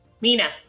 mina